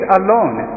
alone